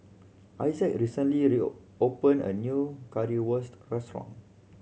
Isaak recently opened a new Currywurst restaurant